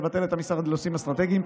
לבטל את המשרד לנושאים אסטרטגיים,